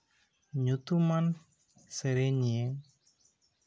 ᱧᱩᱛᱩᱢᱟᱱ ᱥᱮᱨᱮᱧᱤᱭᱟᱹ